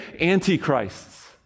antichrists